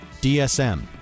DSM